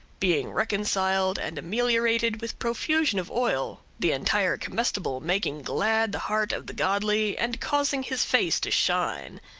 being reconciled and ameliorated with profusion of oil, the entire comestible making glad the heart of the godly and causing his face to shine.